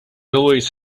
always